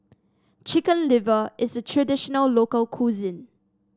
Chicken Liver is traditional local cuisine